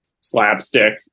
slapstick